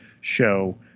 show